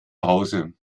hause